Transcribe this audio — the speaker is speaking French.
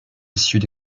essieux